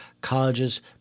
colleges